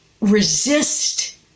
resist